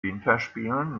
winterspielen